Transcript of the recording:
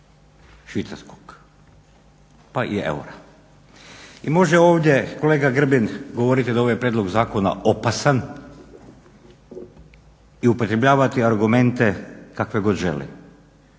švicarskog, pa i eura. I može ovdje kolega Grbin govoriti da je ovaj prijedlog zakona opasan i upotrebljavati argumente kakve god želi,